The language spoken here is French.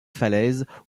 falaises